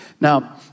Now